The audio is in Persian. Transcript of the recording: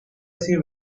تیم